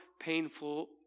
painful